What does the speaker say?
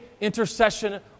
intercession